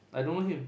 I don't know him